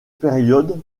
périodes